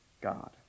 God